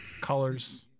Colors